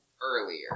earlier